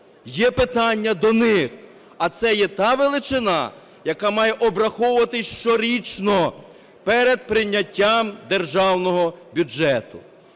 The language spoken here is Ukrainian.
Є питання до них. А це є та величина, яка має обраховуватись щорічно перед прийняттям державного бюджету.